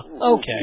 Okay